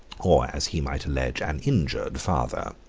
or, as he might allege, an injured father.